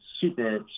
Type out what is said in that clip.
super